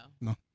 No